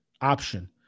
option